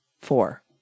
four